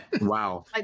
Wow